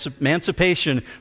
emancipation